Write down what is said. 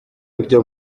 niryo